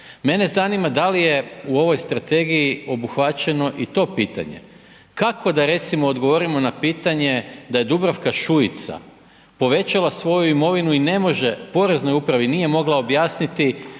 Mene zanima da li je u ovoj strategiji obuhvaćeno i to pitanje. Kako da recimo odgovorio na pitanje da je Dubravka Šuica povećala svoju imovinu i ne može poreznoj upravi nije mogla objasniti